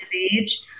age